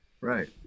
Right